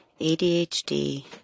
ADHD